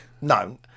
no